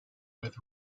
with